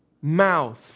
mouth